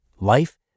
life